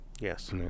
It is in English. Yes